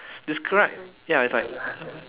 describe ya it's like